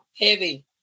Heavy